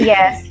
Yes